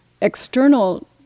external